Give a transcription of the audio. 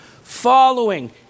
Following